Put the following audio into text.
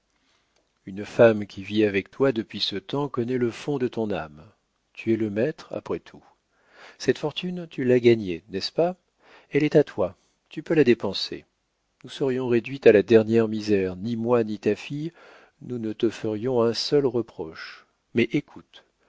une femme qui vit avec toi depuis ce temps connaît le fond de ton âme tu es le maître après tout cette fortune tu l'as gagnée n'est-ce pas elle est à toi tu peux la dépenser nous serions réduites à la dernière misère ni moi ni ta fille nous ne te ferions un seul reproche mais écoute